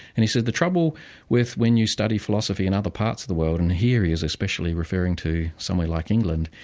and he said the trouble with when you study philosophy in other parts of the world, and here he is especially referring to somewhere like england,